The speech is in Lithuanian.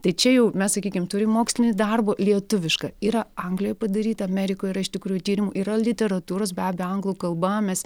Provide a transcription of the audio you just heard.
tai čia jau mes sakykim turim mokslinį darbą lietuvišką yra anglijoj padaryta amerikoj yra iš tikrųjų tyrimų yra literatūros be abejo anglų kalba mes